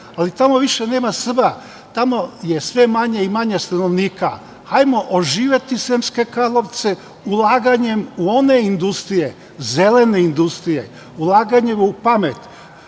ali tamo više nema Srba, tamo je sve manje i manje stanovnika. Hajdemo oživeti Sremske Karlovce ulaganjem u one industrije, zelene industrije, ulaganjem u pamet.